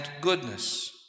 goodness